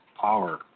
Power